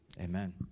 Amen